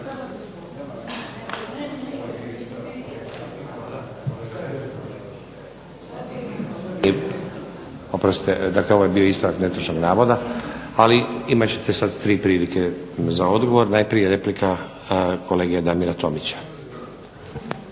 Oprostite, dakle ovo je bio ispravak netočnog navoda, ali imat ćete sad 3 prilike za odgovor. Najprije replika kolege Damira Tomića.